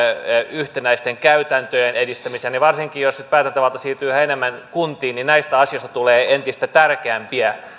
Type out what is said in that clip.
yhtenäisten käytäntöjen edistämiseen ja varsinkin jos päätäntävalta siirtyy yhä enemmän kuntiin näistä asioista tulee entistä tärkeämpiä